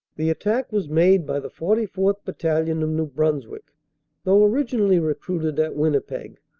the attack was made by the forty fourth. battalion, of new bruns wick though originally recruited at winnipeg,